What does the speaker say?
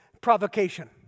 provocation